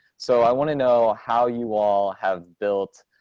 so i want to know how you all have built